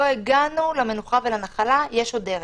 לא הגענו למנוחה ולנחלה ויש עוד דרך.